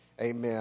Amen